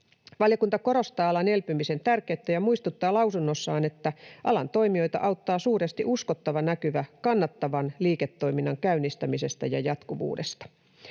Valiokunta korostaa alan elpymisen tärkeyttä ja muistuttaa lausunnossaan, että alan toimijoita auttaa suuresti uskottava näkymä kannattavan liiketoiminnan käynnistämisestä ja jatkuvuudesta.